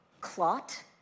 clot